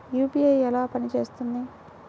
UPI ఎలా పనిచేస్తుంది?